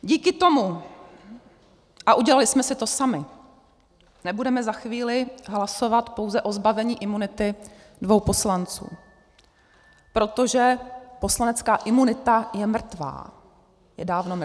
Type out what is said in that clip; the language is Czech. Díky tomu a udělali jsme si to sami nebudeme za chvíli hlasovat pouze o zbavení imunity dvou poslanců, protože poslanecká imunita je mrtvá.